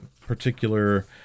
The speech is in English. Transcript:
particular